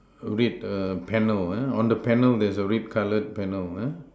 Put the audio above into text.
red err panel uh on the panel there's a red color panel uh